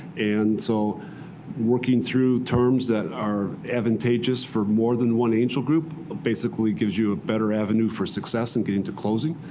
and so working through terms that are advantageous for more than one angel group basically gives you a better avenue for success and getting to closing.